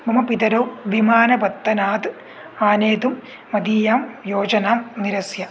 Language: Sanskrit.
मम पितरौ विमानपत्तनात् आनेतुं मदीयां योजनां निरस्य